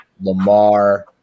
Lamar